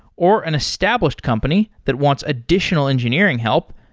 or an established company that wants additional engineering help,